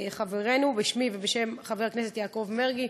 בשמי ובשם חבר הכנסת יעקב מרגי,